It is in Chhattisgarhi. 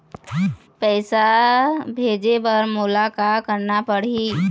पैसा भेजे बर मोला का करना पड़ही?